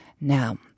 Now